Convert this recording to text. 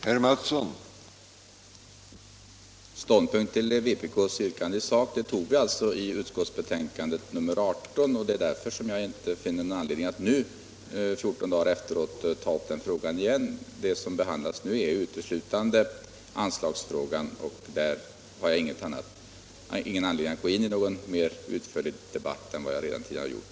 Herr talman! Ståndpunkten i vpk:s yrkande i sak tog vi som sagt upp vid behandlingen av civilutskottets betänkande nr 18. Det är därför som jag inte finner någon anledning att nu, 14 dagar efteråt, ta upp frågan igen. Det som nu behandlas är uteslutande anslagsfrågan, och där har jag inte anledning att gå in i någon mer utförlig debatt än vad jag redan har gjort.